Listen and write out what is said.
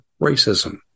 racism